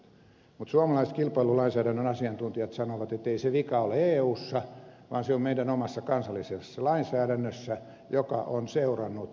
mutta suomalaiset kilpailulainsäädännön asiantuntijat sanovat että ei se vika ole eussa vaan se on meidän omassa kansallisessa lainsäädännössämme joka on seurannut eun lainsäädäntöä